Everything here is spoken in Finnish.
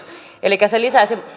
elikkä se lisäisi